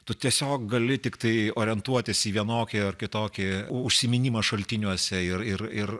tu tiesiog gali tiktai orientuotis į vienokį ar kitokį užsiminimą šaltiniuose ir ir ir